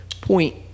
point